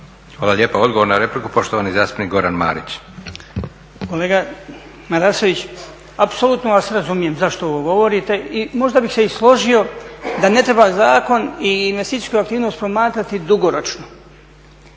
Hvala lijepa. Odgovor na repliku, poštovani zastupnik Goran Marić. **Marić, Goran (HDZ)** Kolega Marasović, apsolutno vas razumijem zašto ovo govorite i možda bih se i složio da ne treba zakon i investicijsku aktivnost promatrati dugoročno.